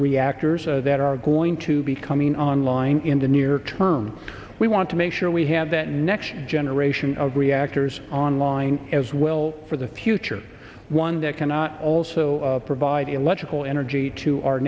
reactors that are going to be coming online in the near term we want to make sure we have that next generation of reactors online as well for the future one that cannot also provide electrical energy to our